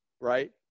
right